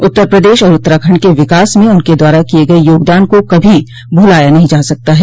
उत्तर प्रदेश और उत्तराखंड के विकास में उनके द्वारा किये गये योगदान को कभी भुलाया नहीं जा सकता है